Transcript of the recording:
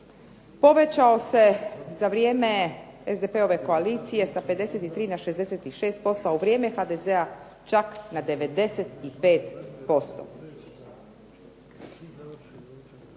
povećao se za vrijeme SDP-ove koalicije sa 53 na 66%, a u vrijeme HDZ-a čak na 95%.